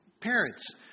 Parents